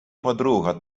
подруга